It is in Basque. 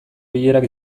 bilerak